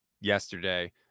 yesterday